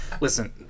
Listen